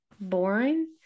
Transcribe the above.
Boring